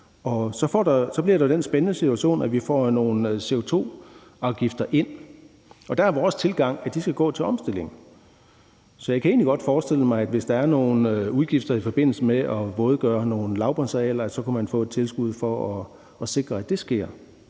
så bliver der jo en spændende situation, at vi får nogle CO2-afgifter ind. Der er vores tilgang, at de skal gå til omstilling. Så jeg kan egentlig godt forestille mig, at hvis der er nogle udgifter i forbindelse med at vådgøre nogle lavbundsarealer, kunne man få et tilskud til at sikre, at det sker.